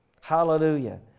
Hallelujah